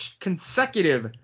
consecutive